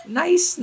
nice